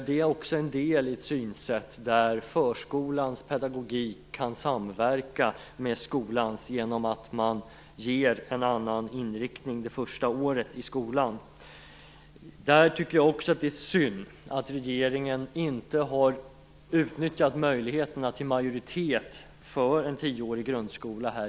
Detta är också en del i ett synsätt där förskolans pedagogik kan samverka med skolans genom en annan inriktning under det första året i skolan. Det är synd att regeringen inte i riksdagen har utnyttjat möjligheten till majoritet för en tioårig grundskola.